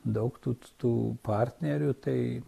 daug tų tų partnerių tai